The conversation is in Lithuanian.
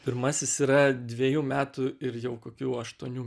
pirmasis yra dvejų metų ir jau kokių aštuonių